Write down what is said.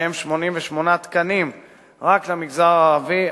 מהם 88 תקנים רק למגזר הערבי,